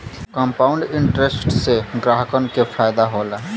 compound interest से ग्राहकन के फायदा होला